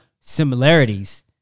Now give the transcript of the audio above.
similarities